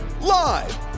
Live